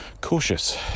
cautious